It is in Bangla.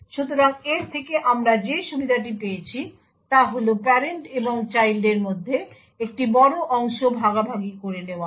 সুতরাং এর থেকে আমরা যে সুবিধাটি পেয়েছি তা হল প্যারেন্ট এবং চাইল্ডের মধ্যে একটি বড় অংশ ভাগাভাগি করে নেওয়া হয়